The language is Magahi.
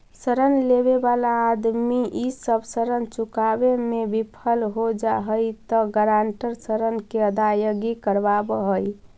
ऋण लेवे वाला आदमी इ सब ऋण चुकावे में विफल हो जा हई त गारंटर ऋण के अदायगी करवावऽ हई